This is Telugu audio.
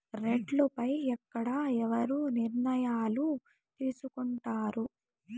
రేట్లు పై ఎక్కడ ఎవరు నిర్ణయాలు తీసుకొంటారు?